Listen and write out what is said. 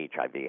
HIV